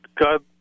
God